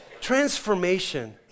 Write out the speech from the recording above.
Transformation